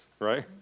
right